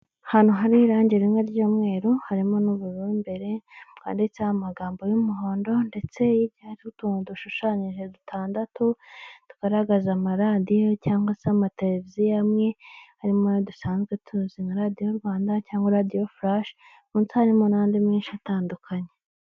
Ahantu hari irangi rimwe ry'umweru, harimo n'ubururu imbere, bwanditseho amagambo y'umuhondo ndetse hirya hariho utuntu dushushanyije dutandatu, tugaragaza amaradiyo cyangwa se amateleviziyo amwe, harimo ayo dusanzwe tuzi nka radiyo Rwanda cyangwa radiyo furashi, munsi harimo n'andi menshi atandukanye.